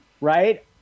right